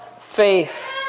faith